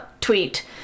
tweet